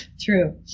True